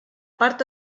part